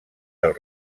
del